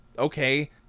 okay